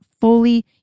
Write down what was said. fully